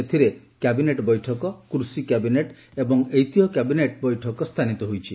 ଏଥରେ କ୍ୟାବିନେଟ୍ ବୈଠକ କୃଷି କ୍ୟାବିନେଟ୍ ଏବଂ ଐତିହ୍ୟ କ୍ୟାବିନେଟ୍ ବୈଠକ ସ୍ଥାନିତ ହୋଇଛି